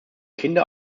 kinder